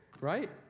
right